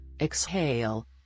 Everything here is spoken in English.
Exhale